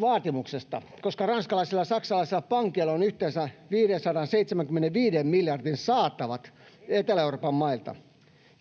vaatimuksesta, koska ranskalaisilla ja saksalaisilla pankeilla on yhteensä 575 miljardin saatavat Etelä-Euroopan mailta?